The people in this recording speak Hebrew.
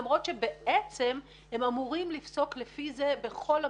למרות שבעצם הם אמורים לפסוק לפי זה בכל המקרים.